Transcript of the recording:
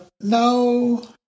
no